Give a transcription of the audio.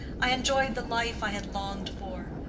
i enjoyed the life i had longed for.